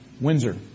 Windsor